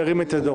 ירים את ידו.